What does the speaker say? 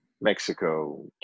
Mexico